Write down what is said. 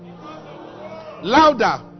louder